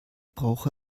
brauche